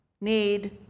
need